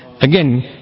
Again